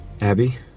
Abby